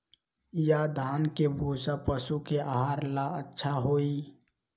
या धान के भूसा पशु के आहार ला अच्छा होई?